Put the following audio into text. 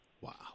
Wow